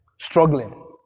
struggling